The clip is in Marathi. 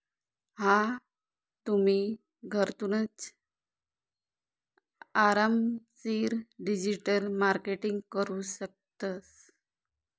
हा तुम्ही, घरथूनच आरामशीर डिजिटल मार्केटिंग करू शकतस